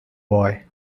boy